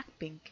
blackpink